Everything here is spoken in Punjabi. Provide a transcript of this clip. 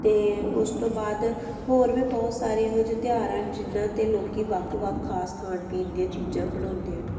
ਅਤੇ ਉਸ ਤੋਂ ਬਾਅਦ ਹੋਰ ਵੀ ਬਹੁਤ ਸਾਰੇ ਇਹੋ ਜਿਹੇ ਤਿਉਹਾਰ ਹਨ ਜਿਹਨਾਂ 'ਤੇ ਲੋਕ ਵੱਖ ਵੱਖ ਖਾਸ ਖਾਣ ਪੀਣ ਦੀਆਂ ਚੀਜ਼ਾਂ ਬਣਾਉਂਦੇ ਹਨ